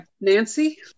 nancy